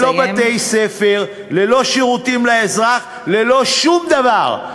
ללא בתי-ספר, ללא שירותים לאזרח, ללא שום דבר.